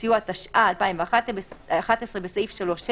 התש"ף-2020.